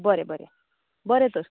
बरें बरें बरें तर